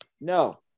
No